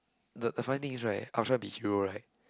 the the funny is right after I be hero right